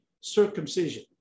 circumcision